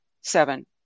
Seven